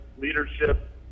leadership